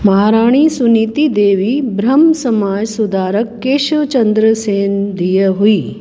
महाराणी सुनीति देवी ब्रह्म समाज सुधारक केशव चंद्र सेन धीअ हुई